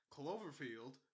Cloverfield